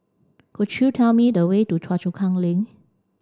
could you tell me the way to Choa Chu Kang Link